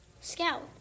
Scout